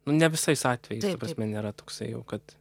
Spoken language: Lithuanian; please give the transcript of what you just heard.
nu ne visais atvejais prasme nėra toksai jau kad